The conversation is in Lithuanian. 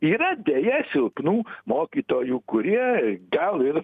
yra deja silpnų mokytojų kurie gal ir